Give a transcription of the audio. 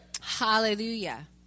Hallelujah